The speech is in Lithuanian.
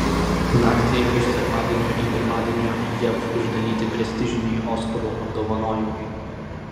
naktį iš sekmadienio į pirmadienio jav išdalyti prestižiniai oskarų apdovanojimai